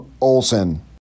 Olson